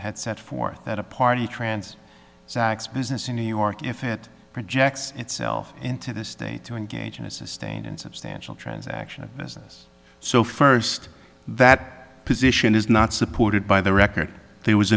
had set forth that a party trans sax business in new york if it projects itself into this state to engage in a sustained in substantial transaction business so first that position is not supported by the record there was